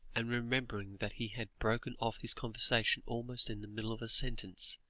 and remembering that he had broken off his conversation almost in the middle of a sentence,